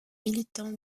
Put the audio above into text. militants